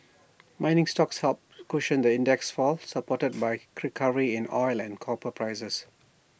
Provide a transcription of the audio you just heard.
mining stocks helped cushion the index's fall supported by A recovery in oil and copper prices